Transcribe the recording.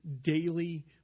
daily